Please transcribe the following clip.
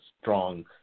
strong